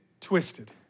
twisted